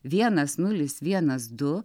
vienas nulis vienas du